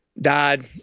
died